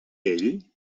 ell